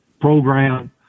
program